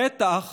בטח